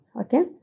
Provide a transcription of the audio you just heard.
okay